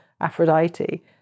Aphrodite